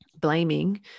blaming